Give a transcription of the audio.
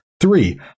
Three